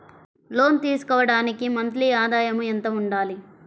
లోను తీసుకోవడానికి మంత్లీ ఆదాయము ఎంత ఉండాలి?